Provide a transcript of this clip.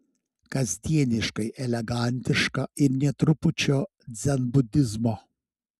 kasdieniškai elegantiška ir nė trupučio dzenbudizmo